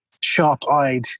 sharp-eyed